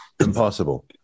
Impossible